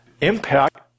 impact